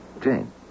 Jane